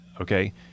okay